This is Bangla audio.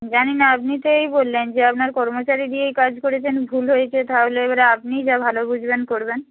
জানি না আপনি তো এই বললেন যে আপনার কর্মচারী দিয়েই কাজ করেছেন ভুল হয়েছে তাহলে এবারে আপনি যা ভালো বুঝবেন করবেন